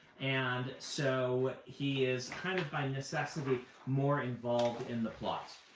and so he is kind of by necessity more involved in the plot.